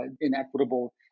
inequitable